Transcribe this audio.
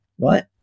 right